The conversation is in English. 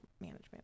management